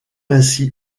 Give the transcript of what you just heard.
ainsi